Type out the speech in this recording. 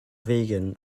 vegan